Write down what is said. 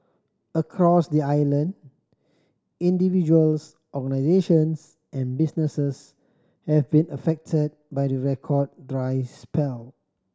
across the island individuals organisations and businesses have been affected by the record dry spell